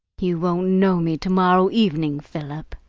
you won't know me to-morrow evening, philip.